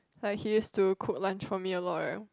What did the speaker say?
like he used to cook lunch for me a lot eh